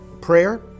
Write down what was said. prayer